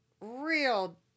real